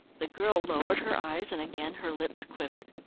the girl lowered her eyes and again her lips quivered,